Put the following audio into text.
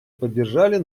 поддержали